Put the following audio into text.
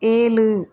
ஏழு